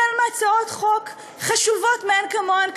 מהצעות חוק חשובות מאין כמוהן,